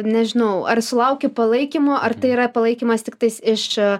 nežinau ar sulauki palaikymo ar tai yra palaikymas tiktais iš